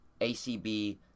ACB